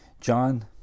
John